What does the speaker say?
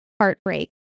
heartbreak